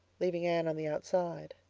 leaving anne on the outside.